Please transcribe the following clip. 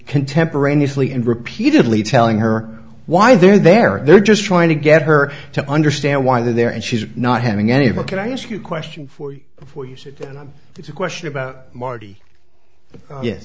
contemporaneously and repeatedly telling her why they're there they're just trying to get her to understand why they're there and she's not having any more can i ask you a question for you before you say it's a question about marty